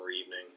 evening